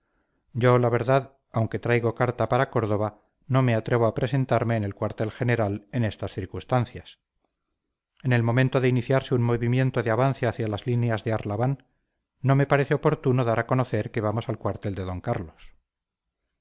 yo la verdad aunque traigo carta para córdova no me atrevo a presentarme en el cuartel general en estas circunstancias en el momento de iniciarse un movimiento de avance hacia las líneas de arlabán no me parece oportuno dar a conocer que vamos al cuartel de d carlos